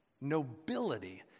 nobility